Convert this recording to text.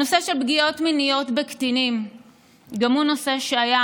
הנושא של פגיעות מיניות בקטינים גם הוא נושא שהיה